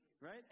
Right